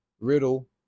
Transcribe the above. Riddle